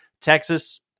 Texas